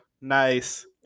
Nice